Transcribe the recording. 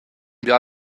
bia